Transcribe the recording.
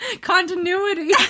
continuity